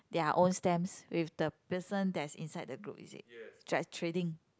their own stamps with the person that is inside the group just trading